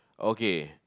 okay